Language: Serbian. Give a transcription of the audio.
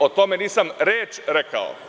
O tome nisam reč rekao.